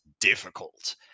difficult